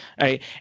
right